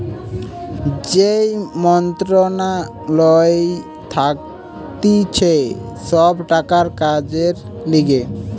যেই মন্ত্রণালয় থাকতিছে সব টাকার কাজের লিগে